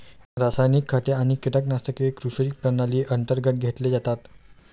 रासायनिक खते आणि कीटकनाशके कृषी प्रणाली अंतर्गत घेतले जातात